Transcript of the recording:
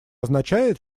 означает